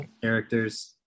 characters